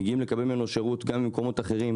מגיעים לקבל בו שירות גם ממקומות אחרי,